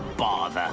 bother.